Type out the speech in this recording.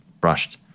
brushed